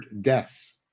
deaths